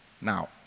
Now